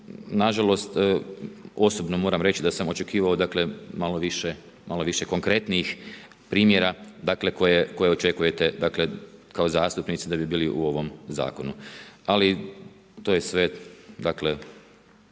nažalost osobno moram reći da sam očekivao malo više konkretnijih primjera koje očekujete kao zastupnici da bi bili u ovom zakonu, ali to je sve